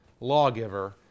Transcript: lawgiver